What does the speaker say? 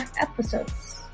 episodes